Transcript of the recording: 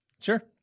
Sure